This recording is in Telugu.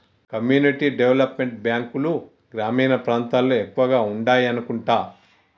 కమ్యూనిటీ డెవలప్ మెంట్ బ్యాంకులు గ్రామీణ ప్రాంతాల్లో ఎక్కువగా ఉండాయనుకుంటా